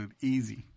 Easy